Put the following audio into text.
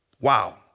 Wow